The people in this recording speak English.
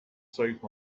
soap